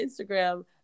instagram